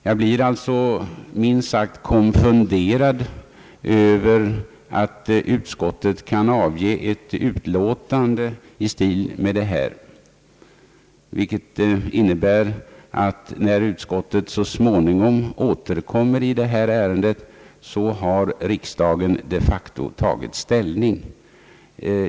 Jag blir därför minst sagt konfunderad över att utskottet kan avge ett utlåtande, som innebär att riksdagen när utskottet så småningom återkommer i detta ärende de facto har tagit ställning.